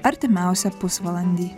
artimiausią pusvalandį